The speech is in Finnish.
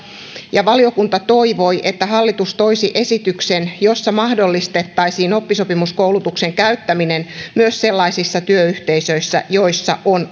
valiokunta toivoi että hallitus toisi esityksen jossa mahdollistettaisiin oppisopimuskoulutuksen käyttäminen myös sellaisissa työyhteisöissä joissa on